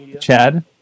Chad